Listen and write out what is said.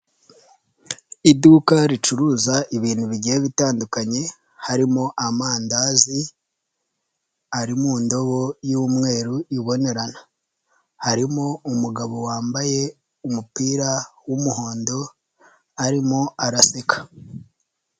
Iduka ricuruza ibintu bigiye bitandukanye, harimo amandazi ari mu ndobo y'umweru ibonerana. Harimo umugabo wambaye umupira w'umuhondo, arimo araseka.